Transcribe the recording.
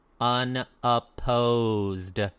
unopposed